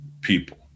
people